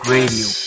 Radio